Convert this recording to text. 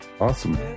Awesome